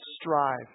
Strive